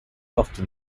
often